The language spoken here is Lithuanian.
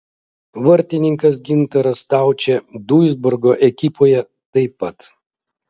vartininkas gintaras staučė duisburgo ekipoje taip pat